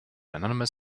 anonymous